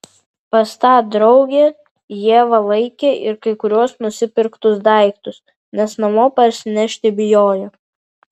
pas tą draugę ieva laikė ir kai kuriuos nusipirktus daiktus nes namo parsinešti bijojo